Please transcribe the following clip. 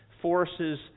forces